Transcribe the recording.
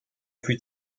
plus